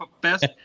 best